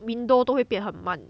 window 都会变很慢